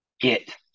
get